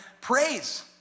praise